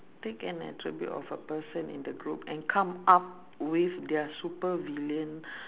take an attribute of a person in the group and come up with their super villain